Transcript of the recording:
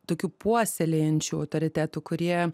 tokių puoselėjančių autoritetų kurie